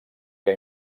que